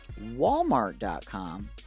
walmart.com